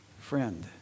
Friend